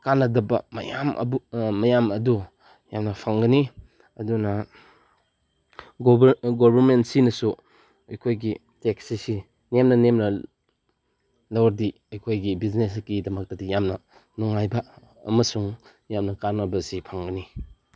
ꯀꯥꯅꯗꯕ ꯃꯌꯥꯝ ꯃꯌꯥꯝ ꯑꯗꯨ ꯌꯥꯝꯅ ꯐꯪꯒꯅꯤ ꯑꯗꯨꯅ ꯒꯣꯕꯔꯃꯦꯟꯁꯤꯅꯁꯨ ꯑꯩꯈꯣꯏꯒꯤ ꯇꯦꯛꯁ ꯑꯁꯤ ꯅꯦꯝꯅ ꯅꯦꯝꯅ ꯂꯧꯔꯗꯤ ꯑꯩꯈꯣꯏꯒꯤ ꯕꯤꯖꯤꯅꯦꯁꯀꯤꯗꯃꯛꯇꯗꯤ ꯌꯥꯝꯅ ꯅꯨꯡꯉꯥꯏꯕ ꯑꯃꯁꯨꯡ ꯌꯥꯝꯅ ꯀꯥꯅꯕꯁꯤ ꯐꯪꯒꯅꯤ